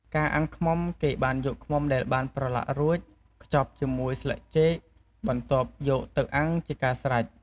ការអាំងឃ្មុំ គេបានយកឃ្មុំដែលបានប្រឡាក់រួច ខ្ជប់ជាមួយស្លឹកចេក បន្ទាប់យកទៅអាំងជាការស្រេច។